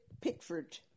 Pickford